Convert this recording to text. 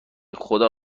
خدا